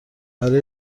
برای